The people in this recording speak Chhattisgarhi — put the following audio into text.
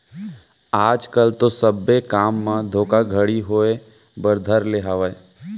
आज कल तो सब्बे काम म धोखाघड़ी होय बर धर ले हावय